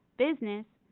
business,